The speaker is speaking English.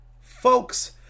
Folks